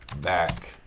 back